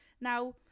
Now